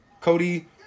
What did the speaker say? Cody